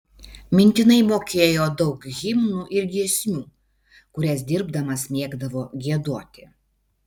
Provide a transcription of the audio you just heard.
mintinai mokėjo daug himnų ir giesmių kurias dirbdamas mėgdavo giedoti